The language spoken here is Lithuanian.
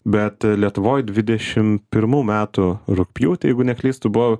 bet lietuvoj dvidešim pirmų metų rugpjūtį jeigu neklystu buvo